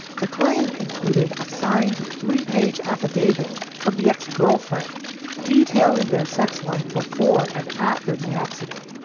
the claim included a signed three page affidavit from the ex-girlfriend detailing their sex life before and after the accident.